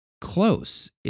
close